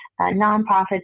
nonprofits